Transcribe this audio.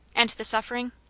and the suffering?